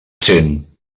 sent